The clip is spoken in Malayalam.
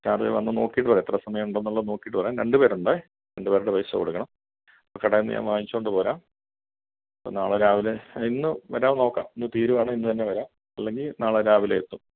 ഞാൻ വന്ന് നോക്കീട്ട് പറയാം എത്ര സമയം ഉണ്ടെന്നുള്ള നോക്കീട്ട് പറയാം രണ്ട് പേരുണ്ടെ രണ്ട് പേരുടെ പൈസ കൊടുക്കണം അപ്പോൾ കടേന്നു ഞാൻ വാങ്ങിച്ചോണ്ട് പോരാം അപ്പോൾ നാളെ രാവിലെ ഇന്ന് വരാന് നോക്കാം ഇന്ന് തീരുവാണെൽ ഇന്ന് തന്നെ വരാം അല്ലെങ്കിൽ നാളെ രാവിലെ എത്തും